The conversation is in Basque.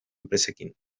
enpresekin